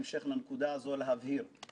הפעם כתבתי כדי שיהיה לי מסודר.